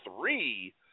three